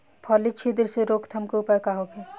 फली छिद्र से रोकथाम के उपाय का होखे?